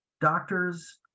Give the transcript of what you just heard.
doctors